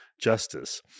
justice